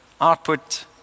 output